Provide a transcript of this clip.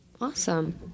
Awesome